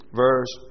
verse